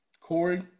Corey